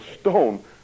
stone